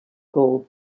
gold